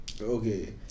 Okay